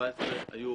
שהוגשו